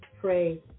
pray